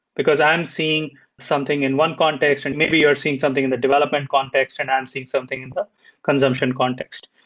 because i'm seeing something in one context, and maybe you're seeing something in the development context and i'm seeing something in the consumption context.